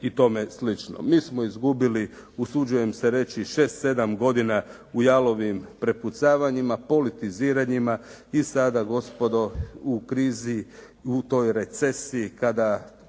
Mi smo izgubili usuđujem se reći 6, 7 godina u jalovim prepucavanjima, politiziranjima i sada gospodo u krizi u toj recesiji kada